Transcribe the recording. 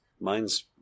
Mine's